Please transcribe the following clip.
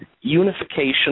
unification